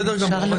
בסדר גמור.